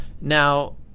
Now